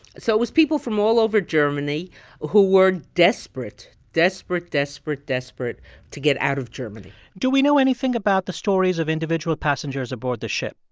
so it was people from all over germany who were desperate, desperate, desperate, desperate to get out of germany do we know anything about the stories of individual passengers aboard the ship?